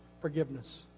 forgiveness